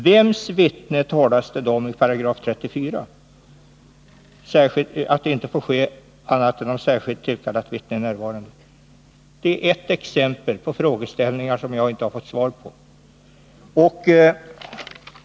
Vems vittne avses då i 34 §, där det talas om att verkställighet får ske ”under förutsättning att särskilt tillkallat vittne är närvarande”? Detta är ett exempel på frågeställningar som jag inte fått svar på.